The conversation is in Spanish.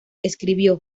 escribió